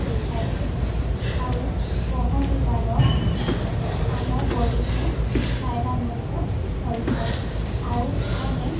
ହୋଇଥାଏ ଆଉ ପହଁରିବାର ଆମ ବଡ଼ିକୁ ଫାଇଦା ମଧ୍ୟ ହୋଇଥାଏ ଆଉ ଆମେ